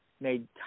made